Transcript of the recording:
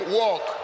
walk